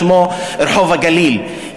ששמו רחוב הגליל,